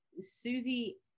Susie